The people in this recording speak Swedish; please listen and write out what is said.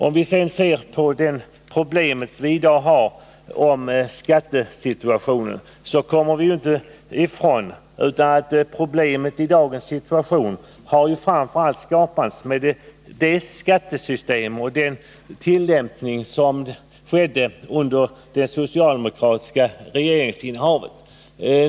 Om vi sedan ser på de skatteproblem vi i dag har, kan vi inte bortse från att svårigheterna i dagens situation framför allt har skapats av det skattesystem som tillämpats under det socialdemokratiska regeringsinnehavet.